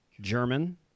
German